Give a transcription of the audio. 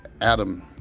Adam